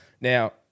Now